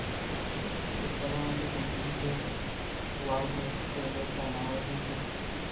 उत्पादनाच्या किमतीत वाढ घट खयल्या कारणामुळे होता?